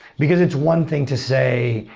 because it's one thing to say,